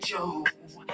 Joe